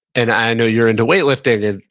and i know you're into weightlifting, and